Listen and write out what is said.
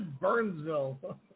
Burnsville